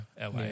LA